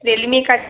Realme का